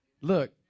Look